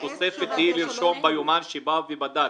התוספת היא לרשום ביומן שהוא בא ובדק.